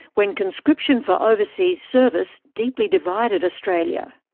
when conscription for overseas service deeply divided australia.